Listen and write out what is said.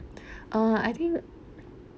uh i think